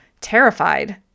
terrified